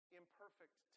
imperfect